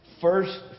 first